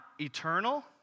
eternal